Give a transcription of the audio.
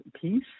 peace